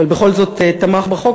אבל בכל זאת תמך בחוק,